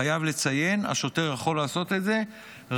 חייב לציין: השוטר יכול לעשות את זה רק